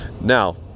Now